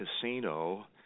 casino